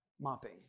mopping